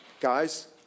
guys